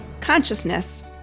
consciousness